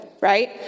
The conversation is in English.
right